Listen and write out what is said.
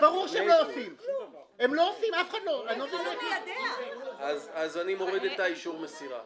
------ אז אני מוריד את אישור המסירה.